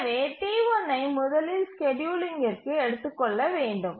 எனவே T1ஐ முதலில் ஸ்கேட்யூலிங்கிற்கு எடுத்துக்கொள்ள வேண்டும்